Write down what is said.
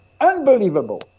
unbelievable